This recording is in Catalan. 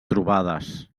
trobades